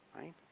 Right